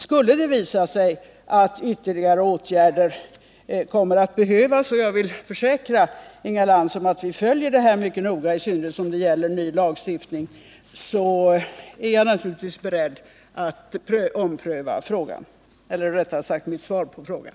Skulle det visa sig att ytterligare åtgärder kommer att behövas — och jag vill försäkra Inga Lantz att vi följer detta mycket noga, eftersom det gäller en ny lagstiftning — är jag naturligtvis beredd att ompröva vad som framförts i mitt svar på frågan.